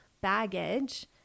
baggage